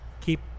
keep